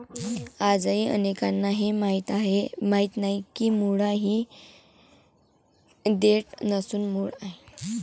आजही अनेकांना हे माहीत नाही की मुळा ही देठ नसून मूळ आहे